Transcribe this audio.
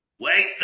Wait